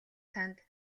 танд